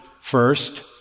first